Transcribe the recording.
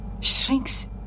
shrinks